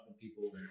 people